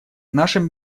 нашим